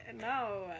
No